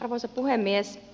arvoisa puhemies